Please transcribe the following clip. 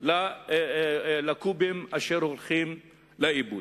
למים שהולכים לאיבוד.